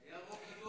היה רוב גדול בכנסת.